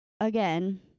again